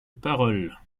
paroles